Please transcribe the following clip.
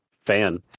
fan